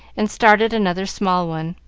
and started another small one,